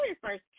first